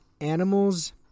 Animals